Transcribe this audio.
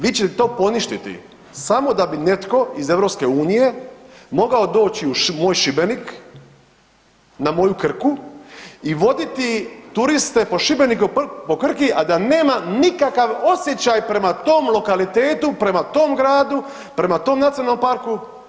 Vi ćete to poništiti samo da bi netko iz EU mogao doći u moj Šibenik na moju Krku i voditi turiste po Šibeniku i po Krki, a da nema nikakav osjećaj prema tom lokalitetu, prema tom gradu, prema tom Nacionalnom parku.